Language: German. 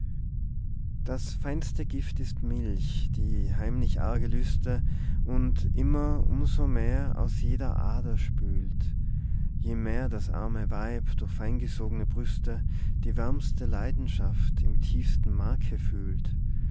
das feinste gift ist milch die heimlich arge lüste und immer um so mehr aus jeder ader spült je mehr das arme weib durch feingesogne brüste die wärmste leidenschaft im tiefsten marke fühlt